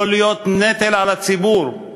לא להיות נטל על הציבור,